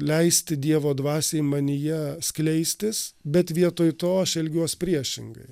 leisti dievo dvasiai manyje skleistis bet vietoj to aš elgiuos priešingai